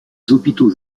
hôpitaux